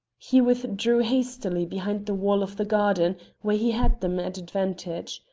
he withdrew hastily behind the wall of the garden where he had them at advantage.